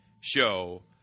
show